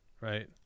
right